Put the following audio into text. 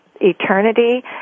eternity